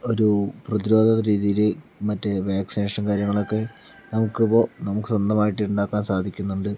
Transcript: ഒരു പ്രതിരോധ രീതിയില് മറ്റു വാക്സിനേഷൻ കാര്യങ്ങളൊക്കെ നമുക്ക് ഇപ്പൊൾ നമുക്ക് സ്വന്തമായിട്ട് ഉണ്ടാക്കാൻ സാധിക്കുന്നുണ്ട്